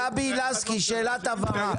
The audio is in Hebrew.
גבי לסקי, שאלת הבהרה.